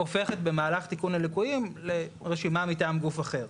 הופכת במהלך תיקון הלקויים לרשימה מטעם גוף אחר.